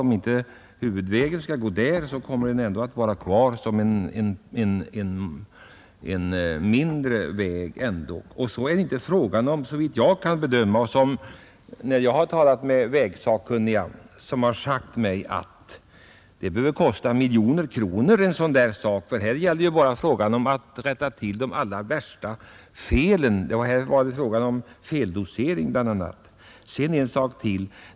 Den gamla vägen kommer väl även i fortsättningen att vara kvar som en mindre väg. En sådan förbättringsåtgärd behöver inte kosta miljontals kronor. Här gäller det bara att rätta till de allra värsta felen. En sak till.